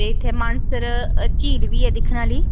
ते इत्थें मानसर इक्क झील बी ऐ दिक्खनै आह्ली